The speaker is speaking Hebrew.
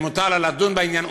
ומותר לה לדון בעניין.